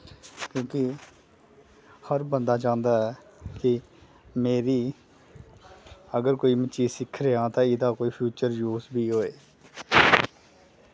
क्योंकि हर बंदा चाह्ंदा ऐ कि मेरी अगर कोई में चीज सिक्ख रेहां ते एह्दा कोई फ्यूचर यूस वी होऐ